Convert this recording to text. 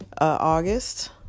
August